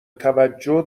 توجه